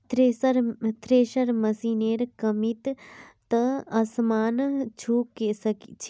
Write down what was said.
thresher मशिनेर कीमत त आसमान छू छेक